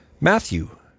Matthew